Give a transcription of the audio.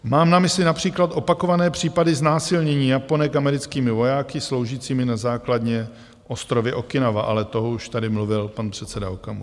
Mám na mysli například opakované případy znásilnění Japonek americkými vojáky sloužícími na základně na ostrově Okinawa, ale to už tady mluvil pan předseda Okamura.